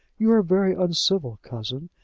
you are very uncivil, cousin,